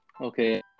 Okay